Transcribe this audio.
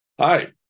Hi